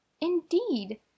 Indeed